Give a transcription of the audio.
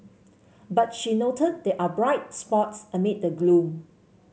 but she noted there are bright spots amid the gloom